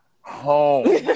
home